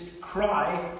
cry